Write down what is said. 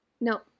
No